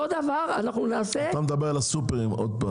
אותו דבר אנחנו נעשה --- אתה מדבר על הסופרים עוד פעם.